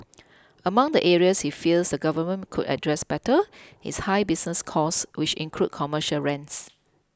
among the areas he feels the government could address better is high business costs which include commercial rents